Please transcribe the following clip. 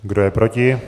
Kdo je proti?